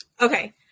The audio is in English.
Okay